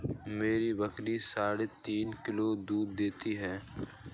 मेरी बकरी साढ़े तीन किलो दूध देती है